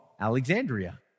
Alexandria